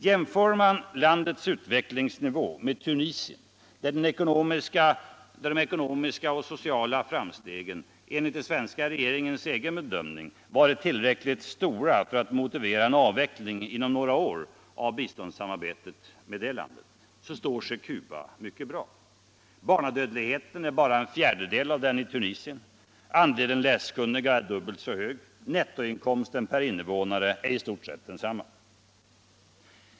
Jämför man landets utvecklingsnivå med Tunisien, där de ekonomiska och sociala framstegen enligt den svenska regeringens egen bedömning har varit tillräckligt stora för att motivera en avveckling inom några år av det svenska biståndssamarbetet, står sig Cuba mycket bra. Barnadödligheten är bara en fGärdedel av den i Tunisien, andelen läskunniga är dubbelt så hög, nettoinkomsten per invånare är i stort sett densamma.